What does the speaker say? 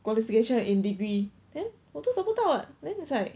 qualification in degree then 我都找不到 leh then it's like